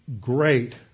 great